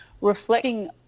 reflecting